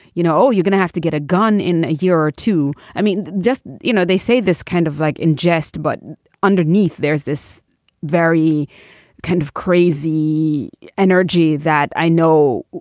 you know, you're gonna have to get a gun in a year or two. i mean, just you know, they say this kind of like in jest but underneath there's this very kind of crazy energy that i know,